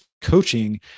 coaching